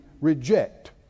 reject